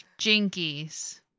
jinkies